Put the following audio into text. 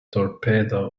torpedo